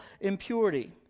impurity